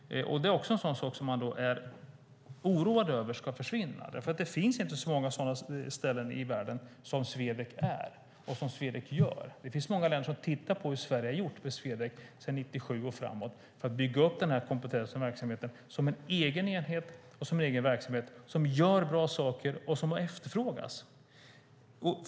Nu är man oroad över att det ska försvinna. Det finns inte många ställen i världen som är som Swedec och som gör det Swedec gör. Många länder tittar på hur Sverige har gjort sedan 1997 för att bygga upp Swedecs kompetens och verksamhet som en egen enhet som gör bra saker och som är efterfrågad.